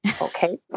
Okay